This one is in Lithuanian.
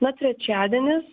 na trečiadienis